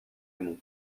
mons